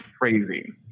crazy